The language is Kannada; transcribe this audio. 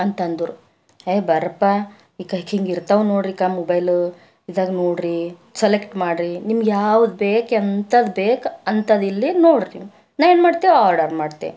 ಅಂತಂದ್ರು ಏಯ್ ಬನ್ರಪ್ಪಾ ಇಕಾ ಹಿಂಗೆ ಇರ್ತಾವೆ ನೋಡ್ರಿ ಇಕಾ ಮೊಬೈಲ್ ಇದಾಗಿ ನೋಡ್ರಿ ಸೆಲೆಕ್ಟ್ ಮಾಡ್ರಿ ನಿಮ್ಗೆ ಯಾವ್ದು ಬೇಕು ಎಂಥದ್ದು ಬೇಕು ಅಂಥದ್ದು ಇಲ್ಲಿ ನೋಡ್ರಿ ನೀವು ನಾನು ಏನು ಮಾಡ್ತೀನಿ ಆರ್ಡರ್ ಮಾಡ್ತೆ